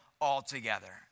altogether